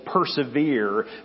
persevere